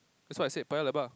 that's what I said Paya-Lebar